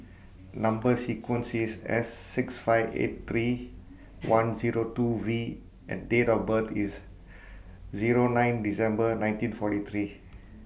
Number sequence IS S six five eight three one Zero two V and Date of birth IS Zero nine December nineteen forty three